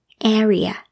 Area